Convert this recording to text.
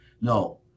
no